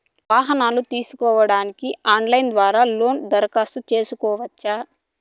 వాహనాలు తీసుకోడానికి ఆన్లైన్ ద్వారా లోను దరఖాస్తు సేసుకోవచ్చా?